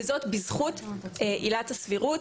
וזאת בזכות עילת הסבירות.